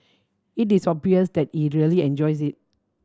it is obvious that he really enjoys it